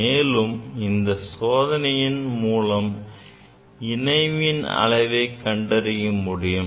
மேலும் இந்த சோதனையில் இணைவின் அளவை கண்டறிய முடியும்